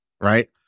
right